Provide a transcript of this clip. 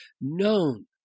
known